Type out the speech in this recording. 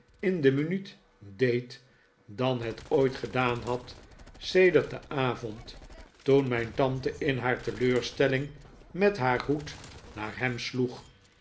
in de minuut deed dan het ooit gedaan had sedert den avond toen mijn tante in haar teleurstelling met haar hoed naar hem sloeg